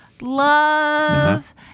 love